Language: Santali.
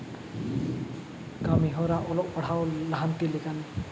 ᱠᱟᱹᱢᱤ ᱦᱚᱨᱟ ᱚᱞᱚᱜ ᱯᱟᱲᱦᱟᱣ ᱞᱟᱦᱟᱱᱛᱤ ᱞᱮᱠᱟᱱ